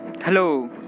hello